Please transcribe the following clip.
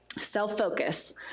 self-focus